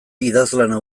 idazlana